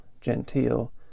genteel